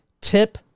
tip